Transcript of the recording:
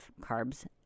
carbs